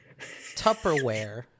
Tupperware